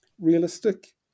realistic